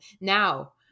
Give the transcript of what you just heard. Now